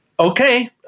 Okay